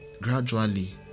Gradually